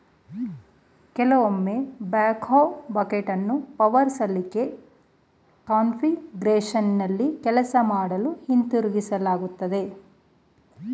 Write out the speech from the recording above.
ಕೆಲವೊಮ್ಮೆ ಬ್ಯಾಕ್ಹೋ ಬಕೆಟನ್ನು ಪವರ್ ಸಲಿಕೆ ಕಾನ್ಫಿಗರೇಶನ್ನಲ್ಲಿ ಕೆಲಸ ಮಾಡಲು ಹಿಂತಿರುಗಿಸಲಾಗ್ತದೆ